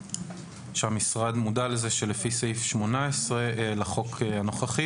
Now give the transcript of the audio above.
שהמשרד מודע לזה שלפי סעיף 18 לחוק הנוכחי